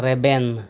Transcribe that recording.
ᱨᱮᱵᱮᱱ